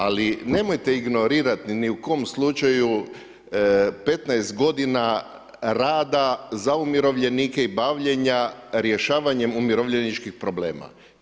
Ali, nemojte ignorirati ni u kom slučaju 15 g. rada za umirovljenike i bavljenja rješavanjem umirovljeničkih problema.